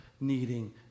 needing